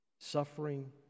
Suffering